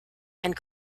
and